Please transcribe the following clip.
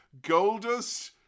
Goldust